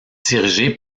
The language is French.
dirigé